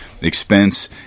expense